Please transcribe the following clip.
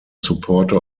supporter